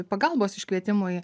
pagalbos iškvietimui